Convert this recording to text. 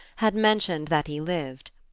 had mentioned that he lived.